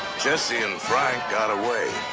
jesse and frank got away.